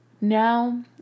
now